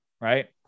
right